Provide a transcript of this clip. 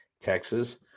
Texas